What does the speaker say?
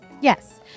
yes